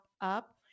up